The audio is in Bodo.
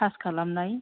पास खालामनाय